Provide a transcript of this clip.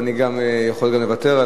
אני יכול גם לוותר,